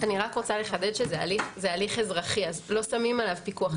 אני רק רוצה לחדד שזה הליך אזרחי אז לא שמים עליו פיקוח,